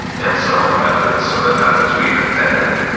and some of the methods, some of the methods we've invented,